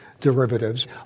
derivatives